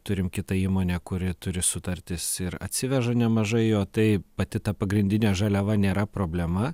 turim kitą įmonę kuri turi sutartis ir atsiveža nemažai jo tai pati ta pagrindinė žaliava nėra problema